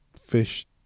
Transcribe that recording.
fish